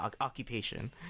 occupation